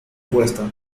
cuesta